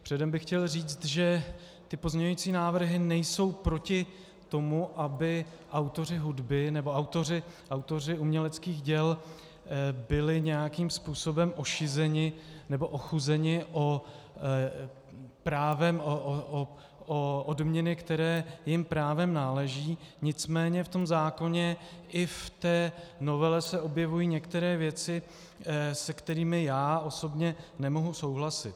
Předem bych chtěl říct, že ty pozměňovací návrhy nejsou proti tomu, aby autoři hudby nebo autoři uměleckých děl byli nějakým způsobem ošizeni nebo ochuzeni o odměny, které jim právem náleží, nicméně v tom zákoně i v té novele se objevují některé věci, se kterými já osobně nemohu souhlasit.